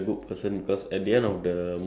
as in like he become a good guy